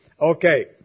Okay